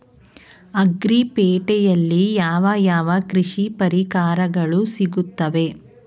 Agri ಪೇಟೆನಲ್ಲಿ ಯಾವ ಯಾವ ಕೃಷಿ ಪರಿಕರಗಳು ಸಿಗುತ್ತವೆ?